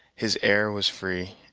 his air was free,